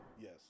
Yes